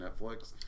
netflix